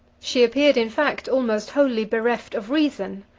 she appeared, in fact, almost wholly bereft of reason.